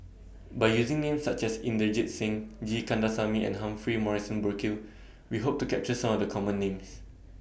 By using Names such as Inderjit Singh G Kandasamy and Humphrey Morrison Burkill We Hope to capture Some of The Common Names